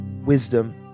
wisdom